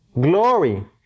glory